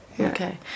Okay